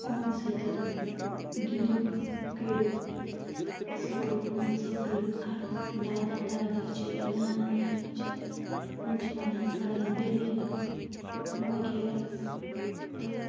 یِمَن سۭتۍ گِنٛدِو کٔرِو اَصٕل پٲٹھۍ یِمَن سۭتۍ کٔرِو کَتھ دادا دادی چھِ یا نانا نانی چھِ یِم چھِ وَنان پرٛانہِ دٔلیٖل وغیرہ تہٕ